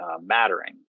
mattering